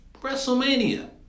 WrestleMania